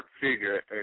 figure